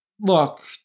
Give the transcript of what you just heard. Look